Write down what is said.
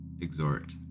exhort